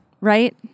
right